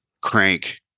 crank